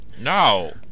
No